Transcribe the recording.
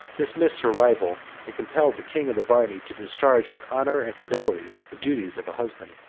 dismissed her rival, and compelled the king of the varni to discharge with honor and fidelity the duties of a husband.